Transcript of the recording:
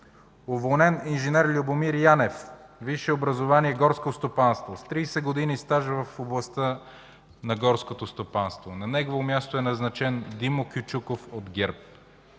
Уволнен: инж. Любомир Янев. Висше образование горско стопанство, 30 години стаж в областта на горското стопанство. На негово място е назначен Димо Кючуков от ГЕРБ.